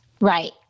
Right